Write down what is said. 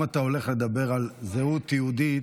אם אתה הולך לדבר על זהות יהודית,